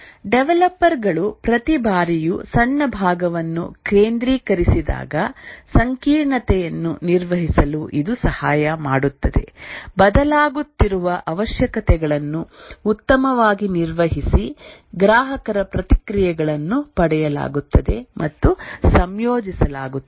developer ಗಳು ಪ್ರತಿ ಬಾರಿಯೂ ಸಣ್ಣ ಭಾಗವನ್ನು ಕೇಂದ್ರೀಕರಿಸಿದಾಗ ಸಂಕೀರ್ಣತೆಯನ್ನು ನಿರ್ವಹಿಸಲು ಇದು ಸಹಾಯ ಮಾಡುತ್ತದೆ ಬದಲಾಗುತ್ತಿರುವ ಅವಶ್ಯಕತೆಗಳನ್ನು ಉತ್ತಮವಾಗಿ ನಿರ್ವಹಿಸಿ ಗ್ರಾಹಕರ ಪ್ರತಿಕ್ರಿಯೆಗಳನ್ನು ಪಡೆಯಲಾಗುತ್ತದೆ ಮತ್ತು ಸಂಯೋಜಿಸಲಾಗುತ್ತದೆ